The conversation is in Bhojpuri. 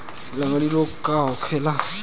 लगड़ी रोग का होखेला?